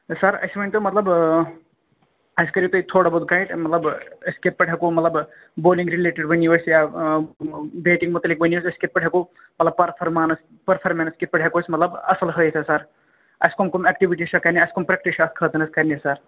سَر اَسہِ ؤنۍتَو مطلب آ اَسہِ کٔرِو تُہۍ تھوڑا بہُت گٲیِڈ مطلب أسۍ کِتھٕ پٲٹھۍ ہیٚکو مطلب بولِنٛگ رِلیٹِڈ ؤنِو اَسہِ یا بیٹِنٛگ مُتعلق ؤنِو اَسہِ أسۍ کِتھٕ پٲٹھۍ ہیٚکو مطلب پٔرفارمینَس پٔرفارمینس کِتھٕ پٲٹھۍ ہیٚکو مطلب اصٕل ہأیتھ حظ سَر اَسہِ کٕم کٕم اکٹیٛوٗٹی چھِ کرنہِ اَسہِ کٕم پرٛیکٹٕس چھِ اتھ خٲطرٕ کرنہِ سَر